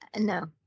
No